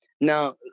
Now